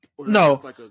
No